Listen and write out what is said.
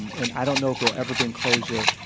and i don't know if it will ever bring closure.